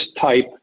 type